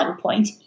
point